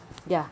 ya